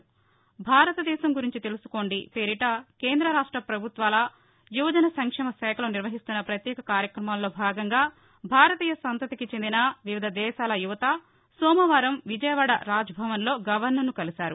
భారతదేశం గురించి తెలుసుకోండి పేరిట కేంద రాష్ట ప్రభుత్వాల యువజన సంక్షేమ శాఖలు నిర్వహిస్తున్న పత్యేక కార్యక్రమంలో భాగంగా భారతీయ సంతతికి చెందిన వివిధ దేశాల యుపత సోమవారం విజయవాద రాజ్భవన్లో గవర్నర్ను కలిసారు